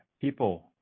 People